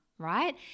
right